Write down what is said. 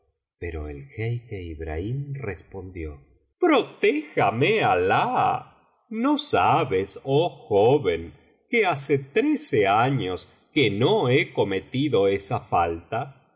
pero el jeique ibrahim respondió protéjame alah no sabes oh joven que hace trece años que no he cometido esa falta